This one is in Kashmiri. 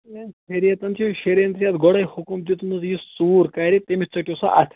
شریعتن چھُ شریعتن چھُ گۄڈے حُکم دیوتمُت یُس ژوٗر کَرِ تٔمِس ژٔٹِو سا اَتھہِ